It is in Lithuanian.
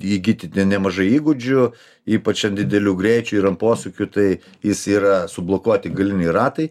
įgyti ten nemažai įgūdžių ypač an didelių greičių ir an posūkių tai jis yra sublokuoti galiniai ratai